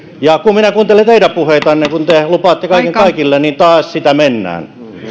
ja kun minä kuuntelen teidän puheitanne kun te lupaatte kaiken kaikille niin taas sitä mennään